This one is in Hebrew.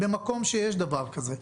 במקום שיש דבר כזה,